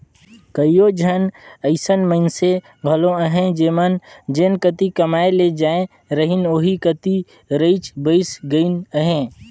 कइयो झन अइसन मइनसे घलो अहें जेमन जेन कती कमाए ले जाए रहिन ओही कती रइच बइस गइन अहें